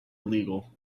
illegal